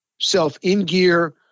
self-in-gear